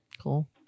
cool